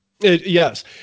yes